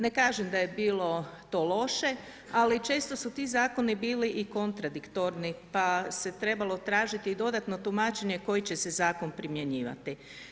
Ne kažem da je bilo to loše, ali često su ti zakoni bili i kontradiktorni pa se trebalo tražiti i dodatno tumačenje koji će se zakon primjenjivati.